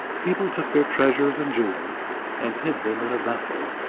people took their treasures and jewels and hid them in a vessel,